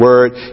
word